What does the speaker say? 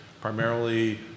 primarily